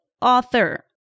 author